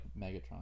Megatron